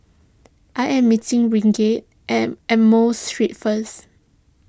I am meeting at Amoy Street first